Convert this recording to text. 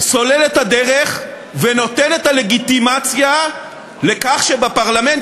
סולל את הדרך ונותן את הלגיטימציה לכך שבפרלמנט